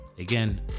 Again